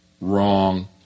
wrong